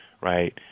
right